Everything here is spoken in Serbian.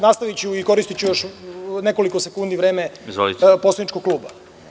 Nastaviću i koristiću još nekoliko sekundi vreme poslaničkog kluba.